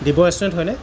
restaurant হয় নে